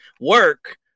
Work